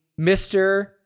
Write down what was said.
Mr